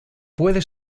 puede